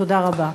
תודה רבה.